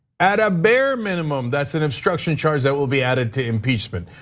at a bare minimum, that's an obstruction charge that will be added to impeachment,